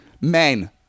Men